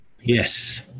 yes